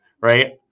right